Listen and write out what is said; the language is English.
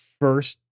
first